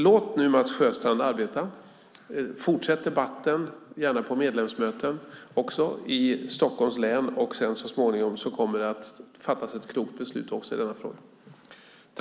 Låt nu Mats Sjöstrand arbeta. Fortsätt debatten, gärna på medlemsmöten också i Stockholms län. Så småningom kommer det att fattas ett klokt beslut också i denna fråga.